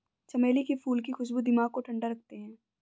चमेली के फूल की खुशबू दिमाग को ठंडा रखते हैं